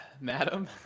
madam